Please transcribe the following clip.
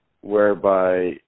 whereby